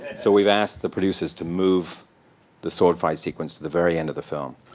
so we've asked the producers to move the sword fight sequence to the very end of the film.